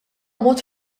mod